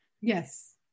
Yes